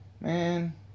Man